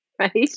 Right